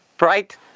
right